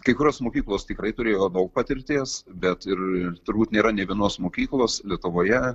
kai kurios mokyklos tikrai turėjo daug patirties bet ir turbūt nėra nė vienos mokyklos lietuvoje